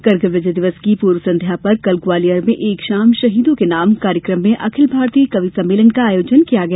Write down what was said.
कारगिल विजय दिवस की पूर्व संध्या पर कल ग्वालियर में एक शाम शहीदों के नाम कार्यक्रम में अखिल भारतीय कवि सम्मेलन का आयोजन किया गया